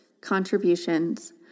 contributions